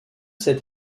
cette